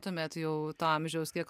tuomet jau to amžiaus kiek